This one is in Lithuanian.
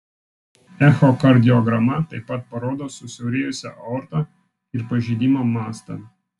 echokardiograma taip pat parodo susiaurėjusią aortą ir pažeidimo mastą